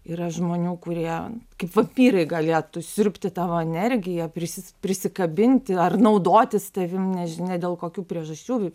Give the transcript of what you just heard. yra žmonių kurie kaip vampyrai galėtų siurbti tavo energiją prisis prisikabinti ar naudotis tavim nežinia dėl kokių priežasčių